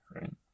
right